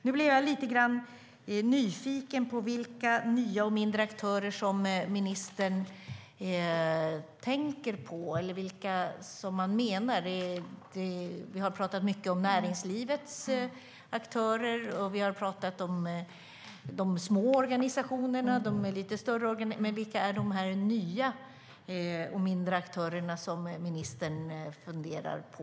Nu blev jag lite nyfiken på vilka nya och mindre aktörer som ministern tänker på eller vilka man menar. Vi har pratat mycket om näringslivets aktörer, och vi har pratat om de små organisationerna och om de lite större. Men vilka är de nya och mindre aktörer som ministern funderar på?